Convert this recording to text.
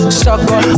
sucker